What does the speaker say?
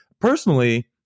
Personally